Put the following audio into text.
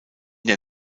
der